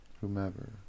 whomever